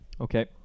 Okay